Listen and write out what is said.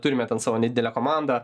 turime ten savo nedidelę komandą